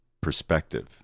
perspective